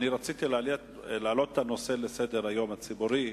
רציתי להעלות את הנושא לסדר-היום הציבורי.